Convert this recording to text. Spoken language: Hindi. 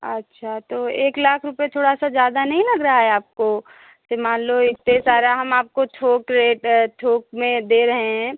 अच्छा तो एक लाख रुपये थोड़ा सा ज़्यादा नहीं लग रहा है आपको जैसे मान लो इतना सारा हम आपको थोक रेट थोक में दे रहे हैं